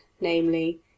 namely